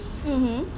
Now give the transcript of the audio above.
mmhmm